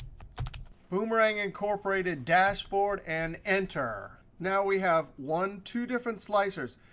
boomerang incorporated dashboard and enter. now, we have one, two different slicers.